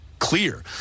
clear